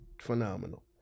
phenomenal